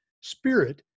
spirit